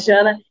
Jana